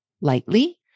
lightly